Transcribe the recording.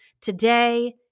Today